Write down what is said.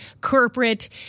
corporate